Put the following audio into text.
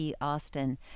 Austin